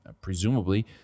presumably